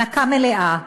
הנקה מלאה.